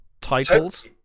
titles